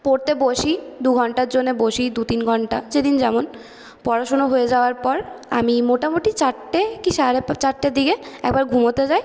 পড়তে বসি দুঘণ্টার জন্য বসি দুতিন ঘণ্টা যেদিন যেমন পড়াশুনো হয়ে যাওয়ার পর আমি মোটামুটি চারটে কি সাড়ে চারটের দিকে একবার ঘুমোতে যাই